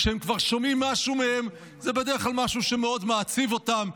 כשהם כבר שומעים משהו מהם זה בדרך כלל משהו שמאוד מעציב אותם,